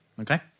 Okay